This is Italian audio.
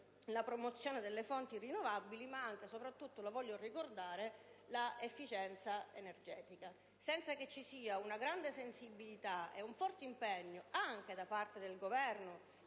la promozione delle fonti rinnovabili; soprattutto - lo voglio ricordare - l'efficienza energetica. Senza una grande sensibilità e un forte impegno da parte del Governo,